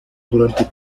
durante